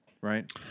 right